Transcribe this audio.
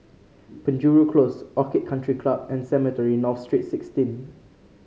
Penjuru Close Orchid Country Club and Cemetry North Street Sixteen